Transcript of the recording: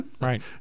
Right